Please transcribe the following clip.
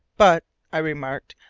but, i remarked,